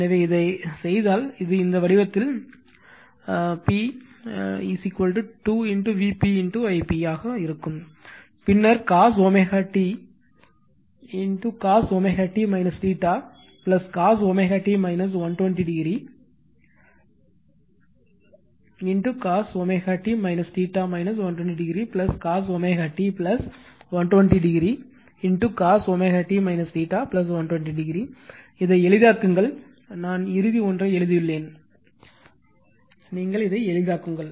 எனவே இதைச் செய்தால் இது இந்த வடிவத்தில் p 2 Vp Ip ஆக இருக்கும் பின்னர் cos t cos t cos t 120 o cos t 120 o cos t 120 o cos t 120 o இதை எளிதாக்குங்கள் நான் இறுதி ஒன்றை எழுதியுள்ளேன் ஆனால் இதை எளிதாக்குங்கள்